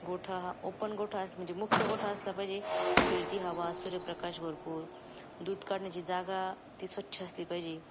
गोठा हा ओपन गोठा असं म्हणजे मुक्त गोठा असला पाहिजे खेळती हवा सूर्यप्रकाश भरपूर दूध काढण्याची जागा ती स्वच्छ असली पाहिजे